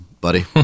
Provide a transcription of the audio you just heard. buddy